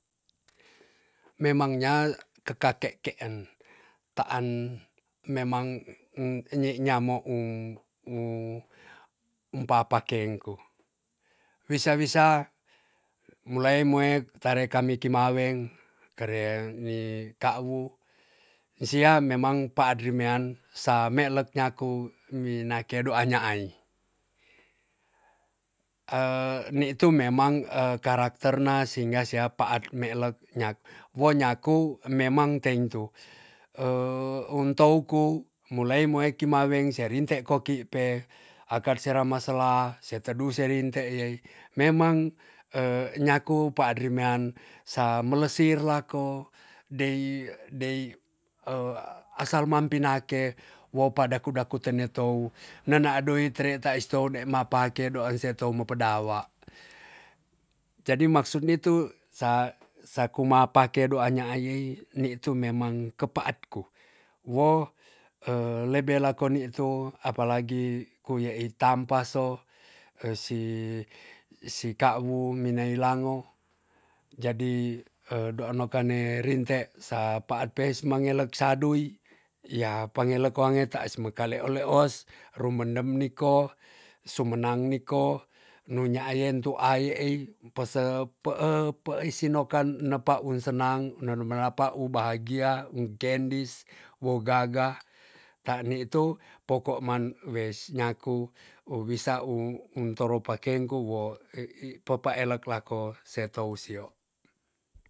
Memang nya kekake keen taan memang nyai nyamo um umpapa kengku wisa wisa mulae moek tare kami kimaweng kare ni kau i sia memang paadri mean sa melek nyaku mi nakedu anya ai a nitu memang e karakter na singga siapa ad melek nyak wo nyaku memang teintu un tou ku mulai mue kimaweng se rinte koki pe akat sera ma sela se tedu serinte iyai memang nyaku paadri mean sa melesir lako dei asal mam pinake wo pa daku daku tene tou nenaa doi tere tais tou de ma pake doan se tou ma pedawa jadi maksud nitu sa sakumapake dua nyaai nitu memang kepaat ku wo lebe lao nitu apalagi ku yai tampa so esi si kawu mi nai lango jadi e doa noka ne rinte sa paat peis mangelek sadui ya pangelek wange taais mekaleo leos rumendem ni ko sumenang niko nu nyaayen tua yaai um pese peei si nokan ene paun sena bahagia ung kendis so gaga ta nitu po koman wes nyaku u wisa un un toro pakeng ku wo papaelek lako